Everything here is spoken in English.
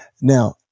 Now